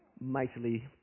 mightily